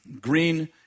green